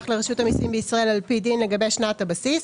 לרשות המסים בישראל על פי דין לגבי שנת הבסיס,